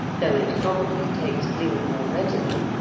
though it probably takes wing more readily,